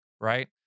right